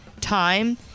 time